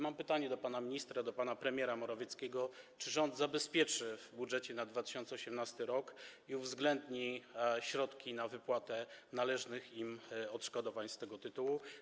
Mam pytanie do pana ministra i do pana premiera Morawieckiego: Czy rząd zabezpieczy w budżecie na 2018 r. i uwzględni środki na wypłatę należnych im odszkodowań z tego tytułu?